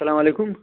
اسلامُ علیکُم